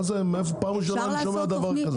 פעם ראשונה שאני שומע דבר כזה.